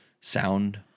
sound